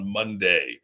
Monday